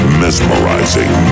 mesmerizing